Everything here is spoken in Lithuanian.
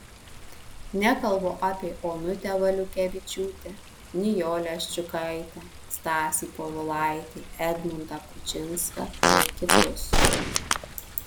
nekalbu apie onutę valiukevičiūtę nijolę ščiukaitę stasį povilaitį edmundą kučinską ir kitus